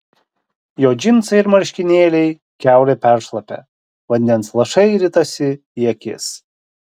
jo džinsai ir marškinėliai kiaurai peršlapę vandens lašai ritasi į akis